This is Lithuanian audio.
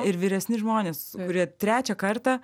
ir vyresni žmonės s kurie trečią kartą